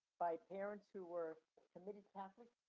by parents who were committed catholic.